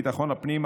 ביטחון הפנים,